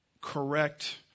correct